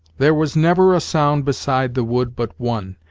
there was never a sound beside the wood but one,